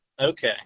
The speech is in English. Okay